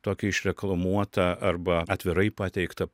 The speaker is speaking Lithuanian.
tokį išreklamuotą arba atvirai pateiktą